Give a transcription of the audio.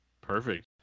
Perfect